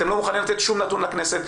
אתם לא מוכנים לתת שום נתון לכנסת.